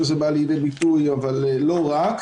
אבל לא רק.